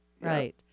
right